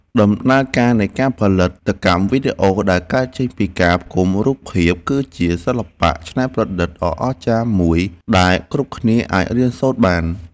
ដំណើរការនៃផលិតកម្មវីដេអូដែលកើតចេញពីការផ្គុំរូបភាព គឺជាសិល្បៈច្នៃប្រឌិតដ៏អស្ចារ្យមួយដែលគ្រប់គ្នាអាចរៀនសូត្របាន។